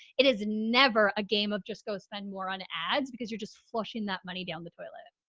it is never a game of just go spend more on ads because you're just flushing that money down the toilet.